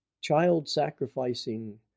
child-sacrificing